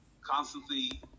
constantly